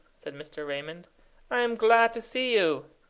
said mr. raymond i am glad to see you.